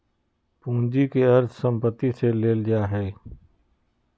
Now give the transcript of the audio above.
पूंजी के अर्थ संपत्ति से लेल जा हइ